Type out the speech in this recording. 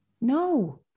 No